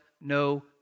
no